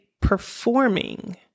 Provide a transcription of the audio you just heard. performing